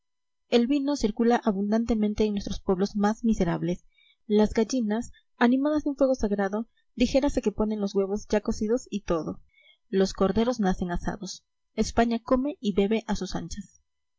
el vino circula abundantemente en nuestros pueblos más miserables las gallinas animadas de un fuego sagrado dijérase que ponen los huevos ya cocidos y todo los corderos nacen asados españa come y bebe a sus anchas